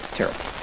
Terrible